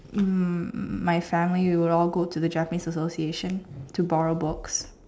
um my family we would all go to the Japanese association to borrow books